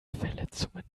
verletzungen